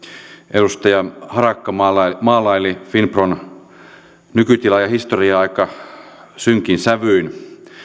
edustaja harakka maalaili maalaili finpron nykytilaa ja historiaa aika synkin sävyin